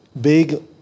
Big